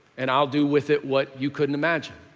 and i'll do with it what you couldn't imagine.